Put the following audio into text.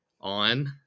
on